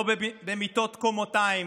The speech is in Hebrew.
לא במיטות קומתיים